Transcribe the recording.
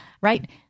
right